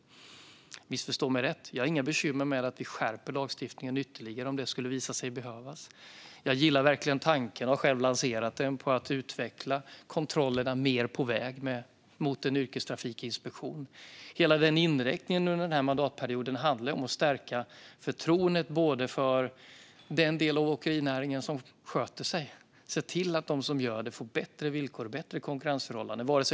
Missförstå mig rätt! Jag har inga bekymmer med att vi skärper lagstiftningen ytterligare om det skulle visa sig behövas. Jag gillar verkligen tanken - jag har själv lanserat den - på att utveckla kontrollerna på väg, mot en yrkestrafikinspektion. Hela den inriktningen under denna mandatperiod handlar om att stärka förtroendet för den del av åkerinäringen som sköter sig. Det handlar om att se till att de som gör det får bättre villkor och bättre konkurrensförhållanden.